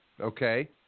Okay